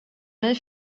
mig